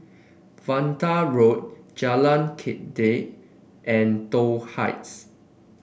Vanda Road Jalan Kledek and Toh Heights